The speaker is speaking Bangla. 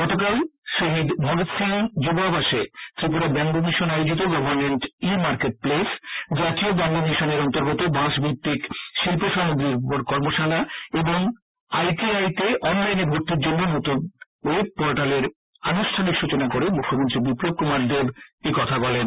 গতকাল শহিদ ভগৎ সিং যুব আবাসে ত্রিপুরা ব্যাম্বু মিশন আয়োজিত government e marketplace G E M জাতীয় ব্যাম্বু মিশনের অন্তর্গত বাঁশ ভিত্তিক শিল্প সামগ্রীর উপর কর্মশালা এবং আই টি আইতে অনলাইনে ভর্তির জন্য নতুন ওয়েব পোর্টালের আনুষ্ঠানিক সচনা করে মুখ্যমন্ত্রী বিপ্লব কুমার দেব একথা বলেন